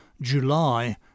July